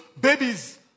babies